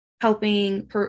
helping